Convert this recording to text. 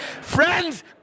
Friends